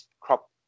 crop